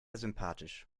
sympathisch